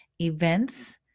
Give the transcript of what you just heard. events